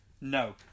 No